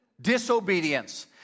Disobedience